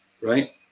right